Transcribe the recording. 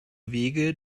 wege